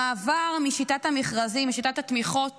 המעבר משיטת המכרזים לשיטת התמיכות